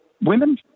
women